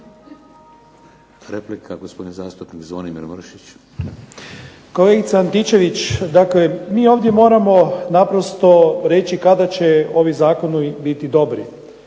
Replika, gospodin zastupnik Zvonimir Mršić. **Mršić, Zvonimir (SDP)** Kolegice Antičević, dakle mi ovdje moramo naprosto reći kada će ovi zakoni biti dobri,